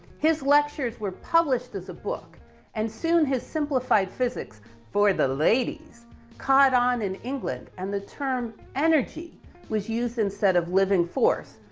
his lectures were published as a book and soon has simplified physics for the ladies caught on in england and the term energy was used instead of living force,